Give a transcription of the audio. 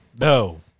no